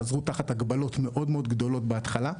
חזרו תחת הגבלות מאוד גדולות בהתחלה.